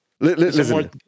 Listen